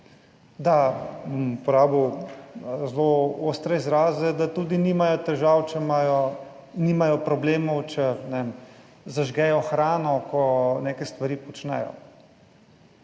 da, bom uporabil zelo ostre izraze, da tudi nimajo težav, če imajo, nimajo problemov, če, ne vem, zažgejo hrano, ko neke stvari počnejo.